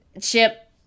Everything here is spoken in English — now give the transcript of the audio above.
Chip